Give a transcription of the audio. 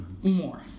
more